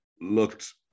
looked